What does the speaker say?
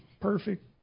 perfect